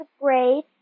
grade